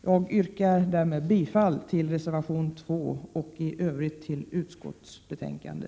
Jag yrkar bifall till reservation 2 och i övrigt till hemställan i utskottets betänkande.